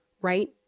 Right